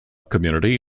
community